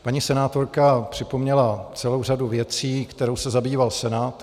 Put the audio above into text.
Paní senátorka připomněla celou řadu věcí, kterou se zabýval Senát.